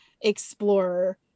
explore